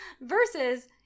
Versus